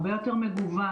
הרבה יותר מגוון,